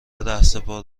رهسپار